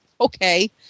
Okay